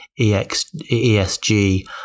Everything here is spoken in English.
ESG